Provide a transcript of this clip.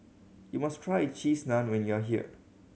you must try Cheese Naan when you are here